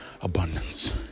abundance